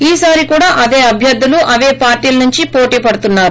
ఈసారి కూడా అదే అభ్వర్గులు అపే పార్టీల నుంచి పోటిపడుతున్నారు